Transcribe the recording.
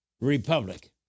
Republic